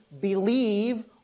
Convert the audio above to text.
believe